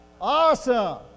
awesome